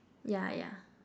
yeah yeah